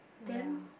them